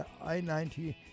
I-90